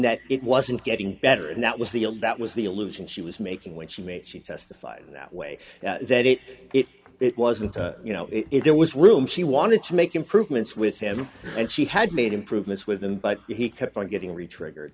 that it wasn't getting better and that was the old that was the illusion she was making when she made she testified that way that it it it wasn't you know it was room she wanted to make improvements with him and she had made improvements with him but he kept on getting retrigger